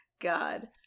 God